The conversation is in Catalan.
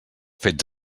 fets